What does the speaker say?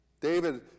David